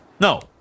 No